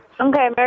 okay